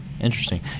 interesting